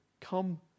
come